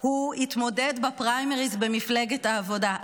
הוא התמודד בפריימריז במפלגת העבודה.